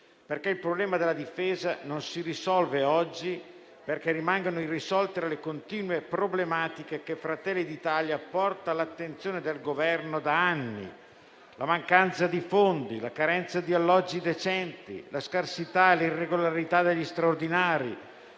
perché il problema della difesa non si risolve oggi, rimanendo irrisolte le continue problematiche che Fratelli d'Italia porta all'attenzione del Governo da anni. Tra questi vi è la mancanza di fondi, la carenza di alloggi decenti, la scarsità e l'irregolarità degli straordinari,